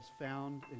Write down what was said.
found